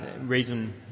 reason